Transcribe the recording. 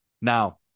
Now